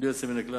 בלי יוצא מן הכלל.